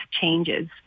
changes